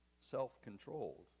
self-controlled